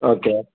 okay